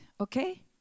Okay